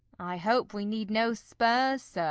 i hope we need no spurs, sir.